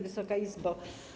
Wysoka Izbo!